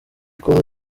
col